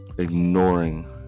ignoring